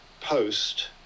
post